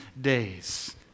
days